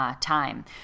time